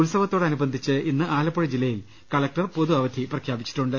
ഉത്സവത്തോടനുബന്ധിച്ച് ഇന്ന് ആലപ്പുഴ ജില്ലയിൽ കലക്ടർ പൊതു അവധി പ്രഖ്യാപിച്ചിട്ടുണ്ട്